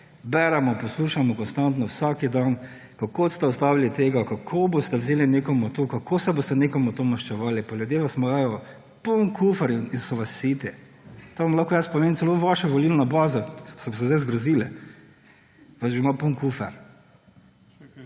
beremo, poslušamo konstantno, vsak dan, kako ste ustavili tega, kako boste vzeli nekomu tu, kako se boste nekomu maščevali. Ljudje vas imajo poln kufer in so vas siti. To vam lahko jaz povem. Celo vaša volilna baza, se boste sedaj zgrozili, vas ima že poln kufer